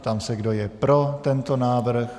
Ptám se, kdo je pro tento návrh.